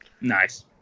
Nice